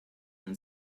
when